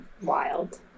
wild